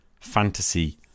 Fantasy